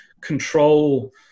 control